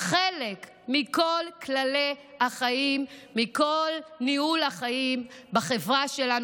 חלק מכל כללי החיים, מכל ניהול החיים בחברה שלנו.